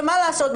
ומה לעשות,